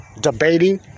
debating